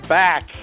back